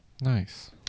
nice